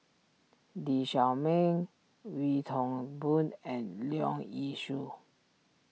Lee Shao Meng Wee Toon Boon and Leong Yee Soo